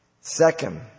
Second